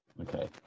Okay